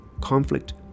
Conflict